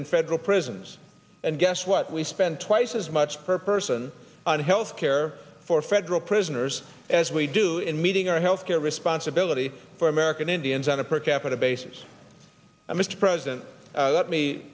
in federal prisons and guess what we spend twice as much per person on health care for federal prisoners as we do in meeting our health care responsibility for american indians on a per capita basis mr president let me